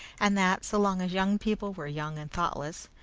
and that, so long as young people were young and thoughtless,